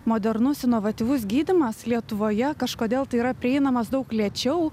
modernus inovatyvus gydymas lietuvoje kažkodėl tai yra prieinamas daug lėčiau